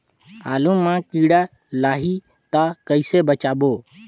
आलू मां कीड़ा लाही ता कइसे बचाबो?